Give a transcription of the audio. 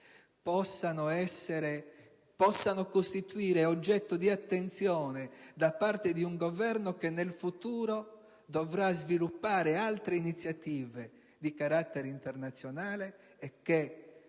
i soldi dei sardi possano costituire oggetto di attenzione da parte di un Governo che nel futuro dovrà sviluppare altre iniziative di carattere internazionale, che